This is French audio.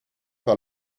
par